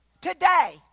Today